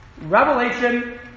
Revelation